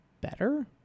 better